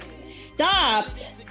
stopped